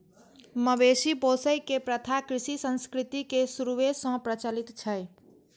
मवेशी पोसै के प्रथा कृषि संस्कृति के शुरूए सं प्रचलित छै